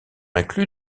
inclus